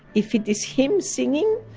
if it is hymn singing,